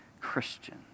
Christian